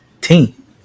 team